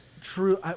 true